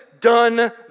done